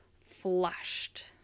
flushed